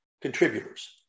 contributors